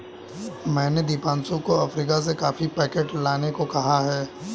मैंने दीपांशु को अफ्रीका से कॉफी पैकेट लाने को कहा है